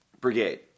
Brigade